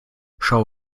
schau